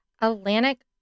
Atlantic